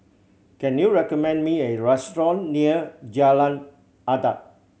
can you recommend me a restaurant near Jalan Adat